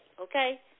okay